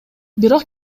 бирок